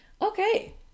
Okay